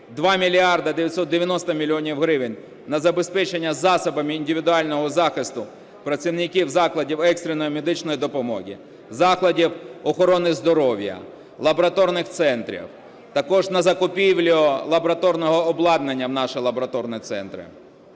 2 мільярда 990 мільйонів гривень – на забезпечення засобами індивідуального захисту працівників закладів екстреної медичної допомоги, закладів охорони здоров'я, лабораторних центрів, також на закупівлю лабораторного обладнання в наші лабораторні центри,